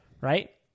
Right